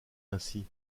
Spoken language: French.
ainsi